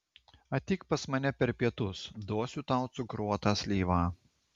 ateik pas mane per pietus duosiu tau cukruotą slyvą